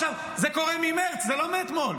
זה קורה ממרץ, זה לא מאתמול.